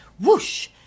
whoosh